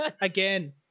again